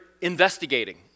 investigating